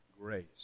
grace